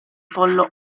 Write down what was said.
pollo